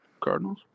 Cardinals